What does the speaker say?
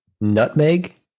Nutmeg